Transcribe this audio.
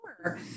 Sure